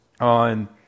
on